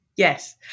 Yes